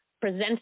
present